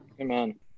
Amen